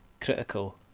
critical